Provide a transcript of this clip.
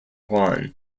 juan